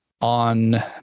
On